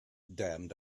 damned